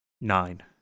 Nine